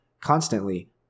Constantly